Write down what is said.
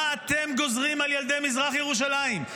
מה אתם גוזרים על ילדי מזרח ירושלים,